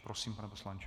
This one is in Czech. Prosím, pane poslanče.